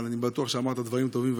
אבל אני בטוח שאמרת דברים טובים,